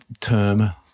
term